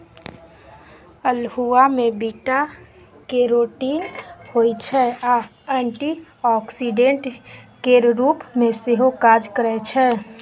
अल्हुआ मे beta carotene होइ छै आ एंटीआक्सीडेंट केर रुप मे सेहो काज करय छै